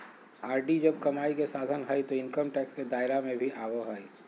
RD जब कमाई के साधन हइ तो इनकम टैक्स के दायरा में भी आवो हइ